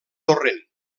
torrent